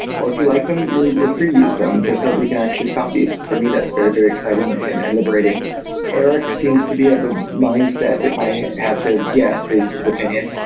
or if you like them, you're you're free to use them because nobody can actually stop you. for me that's very, very exciting and and liberating erik seems to be of the mindset, if i had to guess his his opinion,